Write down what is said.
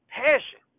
passion